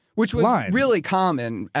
which was really common.